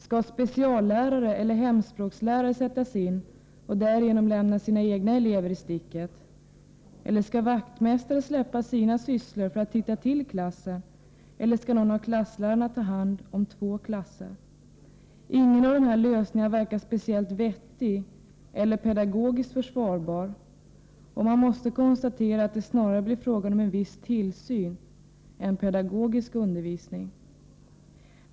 Skall speciallärare eller hemspråkslärare sättas in och därigenom lämna sina egna elever i sticket? Skall vaktmästare släppa sina sysslor för att titta till klassen, eller skall någon av klasslärarna ta hand om två klasser? Ingen av dessa lösningar verkar speciellt vettig eller pedagogiskt försvarbar, och man måste konstatera att det snarare blir fråga om viss tillsyn än om pedagogisk undervisning.